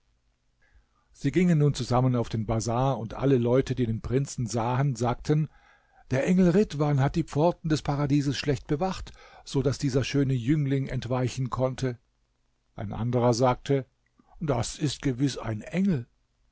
sie gingen nun zusammen auf den bazar und alle leute die den prinzen sahen sagten der engel rhidwan hat die pforten des paradieses schlecht bewacht so daß dieser schöne jüngling entweichen konnte ein anderer sagte das ist gewiß ein engel